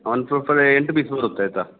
ಒಂದು ಎಂಟು ಪೀಸ್ ಬರುತ್ತೆ ಆಯಿತಾ